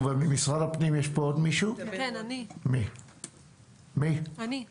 אני ממשרד הפנים.